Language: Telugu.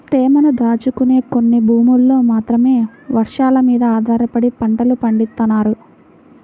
తేమను దాచుకునే కొన్ని భూముల్లో మాత్రమే వర్షాలమీద ఆధారపడి పంటలు పండిత్తన్నారు